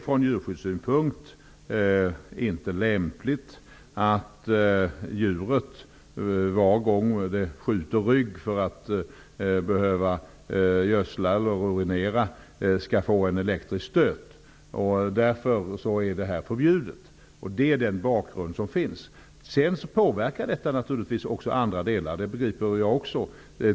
Ur djurskyddssynpunkt är det inte lämpligt att djuret skall få en elektrisk stöt varje gång det skall urinera eller när man skall gödsla. Därför är det här förbjudet. Detta är bakgrunden. Detta påverkar naturligtvis även andra saker. Det förstår jag också.